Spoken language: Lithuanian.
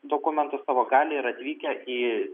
dokumentus savo gali ir atvykę į